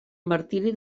martiri